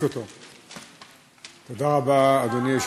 תודה לחברת הכנסת זהבה גלאון, תודה